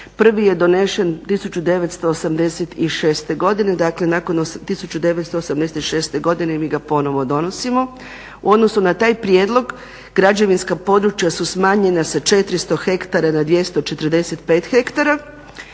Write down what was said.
prvi je donesen 1986.godine dakle nakon 1986.godine mi ga ponovno donosimo. U odnosu na taj prijedlog građevinska područja su smanjena sa 400 hektara na 245 hektara,